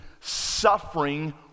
suffering